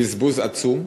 בזבוז עצום.